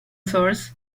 source